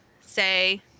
say